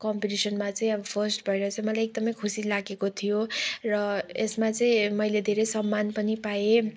कम्पिटिसनमा चाहिँ अब फर्स्ट भएर चाहिँ मलाई एकदमै खुसी लागेको थियो र यसमा चाहिँ मैले धेरै सम्मान पनि पाएँ